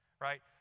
right